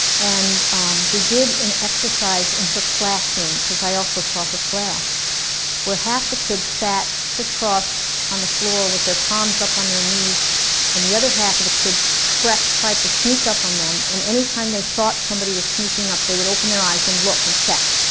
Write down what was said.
and we did an exercise in her classroom, cause i also saw her class where half the kids sat criss-cross on the floor with their palms up on their knees and the other half of the kids crept tried to sneak up on them and any time they thought somebody was sneaking up, they would open their eyes and look and check